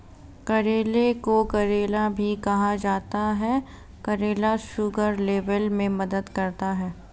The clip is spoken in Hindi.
करेले को करेला भी कहा जाता है करेला शुगर लेवल में मदद करता है